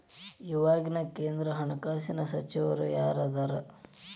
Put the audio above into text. ಇವಾಗಿನ ಕೇಂದ್ರ ಹಣಕಾಸಿನ ಸಚಿವರು ಯಾರದರ